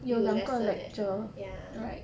有 lesson eh ya